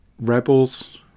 rebels